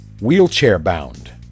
wheelchair-bound